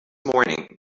morning